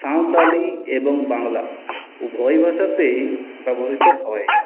সাঁওতালি এবং বাংলা উভয় ভাষাতেই ব্যবহৃত হয়